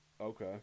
Okay